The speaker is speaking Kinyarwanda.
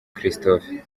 christophe